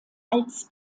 als